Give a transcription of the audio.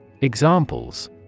Examples